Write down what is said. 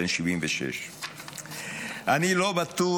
בן 76. אני לא בטוח,